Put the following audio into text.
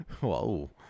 Whoa